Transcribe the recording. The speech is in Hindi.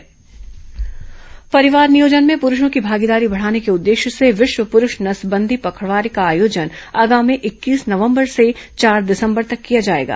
राजनांदगांव नसबंदी पखवाडा परिवार नियोजन में पुरूषों की भागीदारी बढ़ाने के उद्देश्य से विश्व पुरूष नसबंदी पखवाड़े का आयोजन आगामी इक्कीस नवंबर से चौर दिसंबर तक किया जाएगा